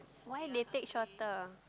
why they take shorter